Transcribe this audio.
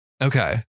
Okay